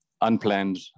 unplanned